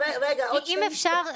אם אפשר?